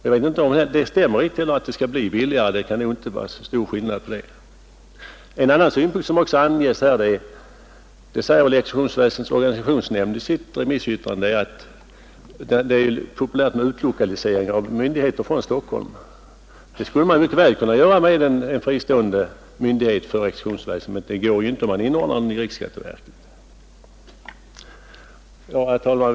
Jag tror inte att det blir billigare — i varje fall är skillnaden nog inte så stor. En annan synpunkt som anges här — den framhölls av exekutionsväsendets organisationsnämnd i dess remissyttrande — är att det är populärt med utlokalisering av myndigheter från Stockholm. Det skulle man mycket väl kunna göra med en fristående myndighet för exekutionsverksamhet; det går ju inte om man inord nar den i riksskatteverket. Herr talman!